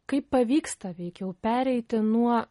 kaip pavyksta veikiau pereiti nuo